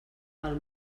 pel